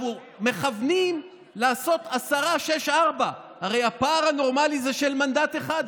מכוונים לעשות עשרה 4:6. הרי הפער הנורמלי זה של מנדט אחד,